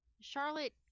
Charlotte